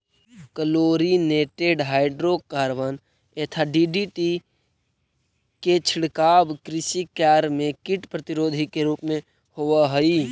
chlorinated hydrocarbon यथा DDT के छिड़काव कृषि कार्य में कीट प्रतिरोधी के रूप में होवऽ हई